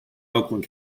oakland